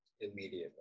immediately